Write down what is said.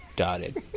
Dotted